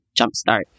jumpstart